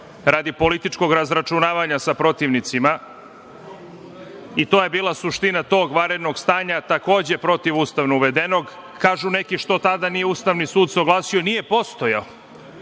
radi političkog razračunavanja sa protivnicima, i to je bila suština tog vanrednog stanja, takođe, protivustavno uvedenog. Kažu neki što se tada Ustavni sud nije oglasio, pa nije postojao,